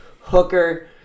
Hooker